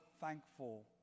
thankful